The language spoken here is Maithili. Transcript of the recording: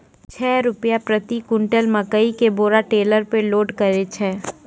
छह रु प्रति क्विंटल मकई के बोरा टेलर पे लोड करे छैय?